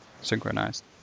synchronized